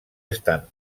estan